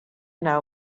know